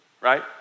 right